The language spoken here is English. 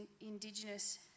indigenous